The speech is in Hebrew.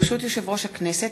ברשות יושב-ראש הכנסת,